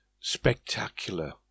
spectacular